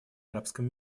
арабском